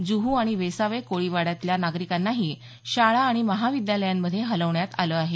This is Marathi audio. जुहू आणि वेसावे कोळीवाड्यातल्या नागरिकांनाही शाळा आणि महाविद्यालयांमध्ये हलवण्यात आलं आहे